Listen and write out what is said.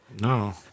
No